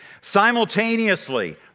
Simultaneously